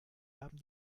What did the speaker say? haben